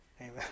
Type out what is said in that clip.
Amen